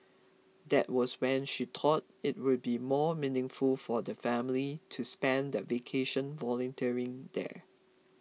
that was when she thought it would be more meaningful for the family to spend their vacation volunteering there